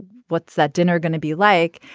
what's that dinner gonna be like.